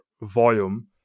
volume